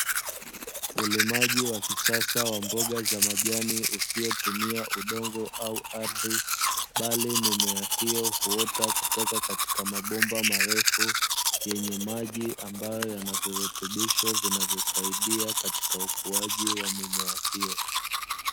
Ulimaji wa kisasa wa mboga za majani usiotumia udongo au ardhi bali mimea hiyo huota kutoka katika mabomba marefu yenye maji ambayo yana virutubisho vinavyosaidia katika ukuaji wa mimea hiyo.